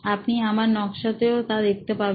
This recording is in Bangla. আপনি আমার নকশা তেও তা দেখতে পাবেন